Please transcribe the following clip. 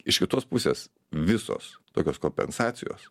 iš kitos pusės visos tokios kompensacijos